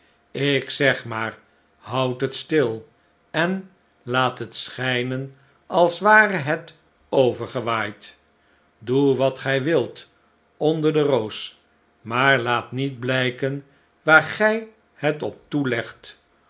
ik zeg maar houd het stil en laat het schijnen als ware het overgewaaid doe wat gij wilt onder de roos maar laat niet blijken waar gij het op toelegt